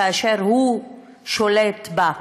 כאשר הוא שולט בה.